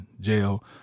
jail